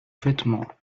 vêtements